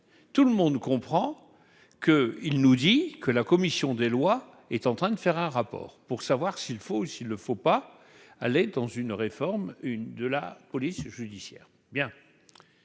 tout le monde comprend que il nous dit que la commission des lois, est en train de faire un rapport pour savoir s'il faut ou s'il ne faut pas aller dans une réforme, une de la police judiciaire